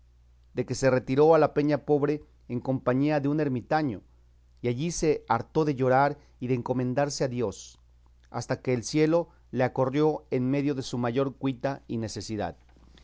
de que se retiró a la peña pobre en compañía de un ermitaño y allí se hartó de llorar y de encomendarse a dios hasta que el cielo le acorrió en medio de su mayor cuita y necesidad